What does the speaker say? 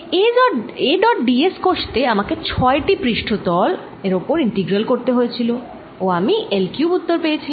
A dot d s কষতে আমাকে ছয়টি পৃষ্ঠ তল এর ওপর ইন্টিগ্রাল করতে হয়েছিল ও আমি L কিউব উত্তর পেয়েছিলাম